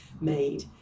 made